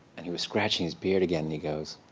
and he was scratching his beard again, and he goes,